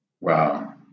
Wow